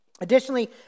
Additionally